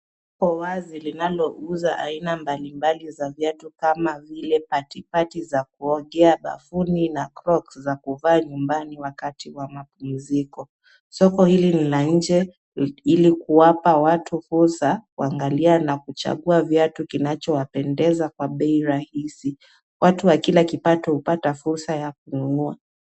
Soko wazi linalouza aina ya viatu mbali mbali kama vile patipati za kuogea bafuni na crocs za kuvaa nyumbani wakati wa mapumziko. Soko hili ni la nje ili kuwapa watu fursa kuangalia na kuchagua viatu kinachowapendeza kwa bei rahisi. Watu wa kila kipato hupata fursa ya kununua.